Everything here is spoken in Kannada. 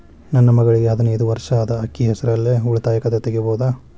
ನನ್ನ ಮಗಳಿಗೆ ಹದಿನೈದು ವರ್ಷ ಅದ ಅಕ್ಕಿ ಹೆಸರಲ್ಲೇ ಉಳಿತಾಯ ಖಾತೆ ತೆಗೆಯಬಹುದಾ?